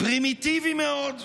"פרימיטיבי מאוד.